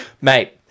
mate